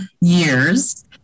years